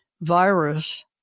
virus